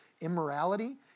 immorality